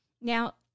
Now